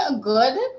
good